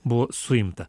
buvo suimta